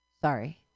sorry